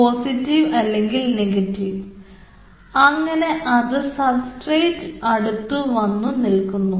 positive അല്ലെങ്കിൽ negative introduction അങ്ങനെ അത് സബ്സ്ട്രേറ്റ് അടുത്ത് വന്നു നിൽക്കുന്നു